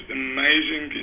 amazing